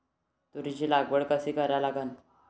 तुरीची लागवड कशी करा लागन?